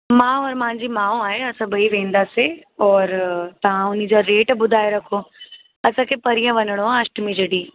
मां ऐं मुंहिंजी माउ आहे असां ॿई वेंदासीं और तव्हां उनजा रेट ॿुधाए रखो असांखे परीहं वञिणो आहे अष्टमी जे ॾींहं